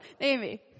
Amy